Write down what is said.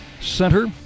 Center